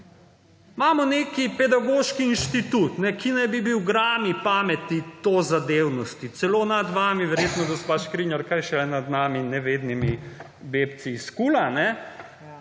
Imamo neki pedagoški inštitut, ki naj bi bil grani pameti tozadevnosti, celo nad vami verjetno, gospa Škrinjar, kaj šele nad nami in nevednimi bebci iz KUL, kjer